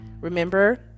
remember